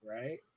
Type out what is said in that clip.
Right